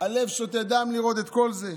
הלב שותת דם לראות את כל זה.